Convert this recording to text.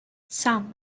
sam